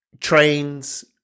Trains